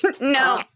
No